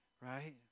right